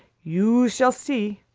you shall see!